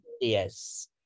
Yes